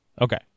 Okay